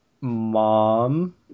mom